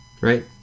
right